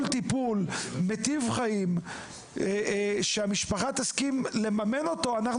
טיפול מיטיב חיים שהמשפחה תסכים לממן אנחנו,